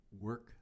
work